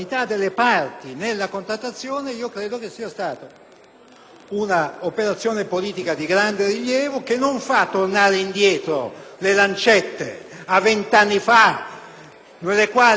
una operazione politica di grande rilievo che non fa tornare indietro le lancette a vent'anni fa, allorché la politica ne fece di tutti i colori